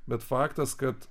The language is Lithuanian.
bet faktas kad